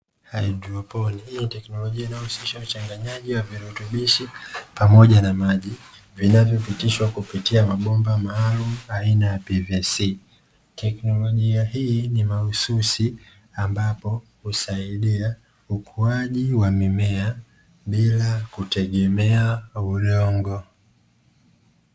Haidroponi ni teknolojia inayohusisha uchanganyaji wa virutubisho pamoja na maji vinavyopitishwa kupitia mabomba maalumu aina ya "PVC", teknolojia hii ni mahususi ambapo husaidia ukuaji wa mimea bila kutegemea udongo.